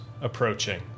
approaching